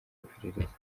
iperereza